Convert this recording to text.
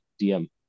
DM